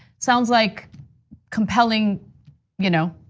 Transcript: sounds like compelling you know